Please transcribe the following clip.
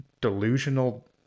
delusional